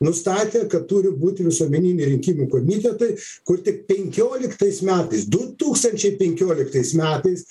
nustatė kad turi būti visuomeniniai rinkimų komitetai kur tik penkioliktais metais du tūkstančiai penkioliktais metais